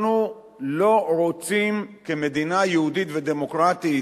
אנחנו לא רוצים, כמדינה יהודית ודמוקרטית,